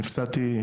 נפצעתי,